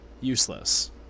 useless